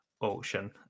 auction